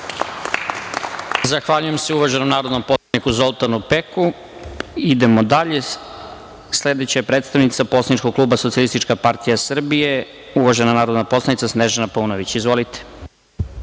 Zahvaljujem se uvaženom narodnom poslaniku Zoltanu Peku. Sledeća je predstavnica Poslaničkog kluba Socijalističke partije Srbije, uvažena narodna poslanica Snežana Paunović. Izvolite.